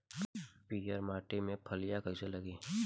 पीयर माटी में फलियां कइसे लागी?